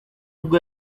ubwo